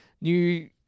new